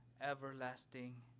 everlasting